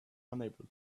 unable